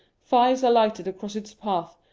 fires are lighted across its path,